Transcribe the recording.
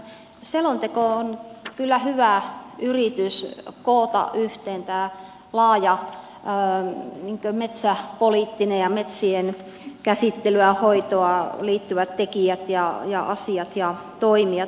tämä selonteko on kyllä hyvä yritys koota yhteen tämä laaja metsäpoliittinen kenttä ja metsien käsittelyyn ja hoitoon liittyvät tekijät ja asiat ja toimijat